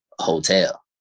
hotel